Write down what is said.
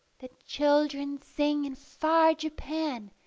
the children sing in far japan,